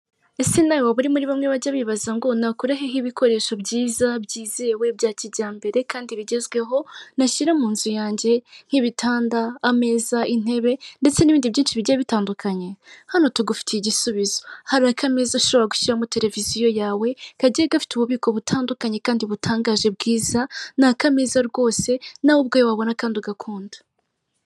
Ese nawe waba uri muri bamwe bajya bibaza ngo nakura he nk'ibikoresho byiza, byizewe bya kijyambere kandi bigezweho, nashyira mu nzu yanjye: Nk'ibitanda, ameza, intebe ndetse n'ibindi byinshi bigiye bitandukanye? Hano tugufitiye igisubizo. Hari akameza ushobora gushyiramo Televiziyo yawe kagiye gafite ububiko butandukanye kandi butangaje bwiza. Ni akameza rwose, nawe ubwawe wabona kandi ugakunda.